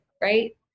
right